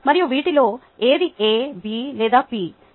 మరియు వీటిలో ఏది A B లేదా P